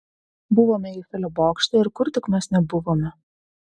buvome eifelio bokšte ir kur tik mes nebuvome